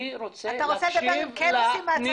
אתה רוצה לדבר אם כן עושים מעצרים או לא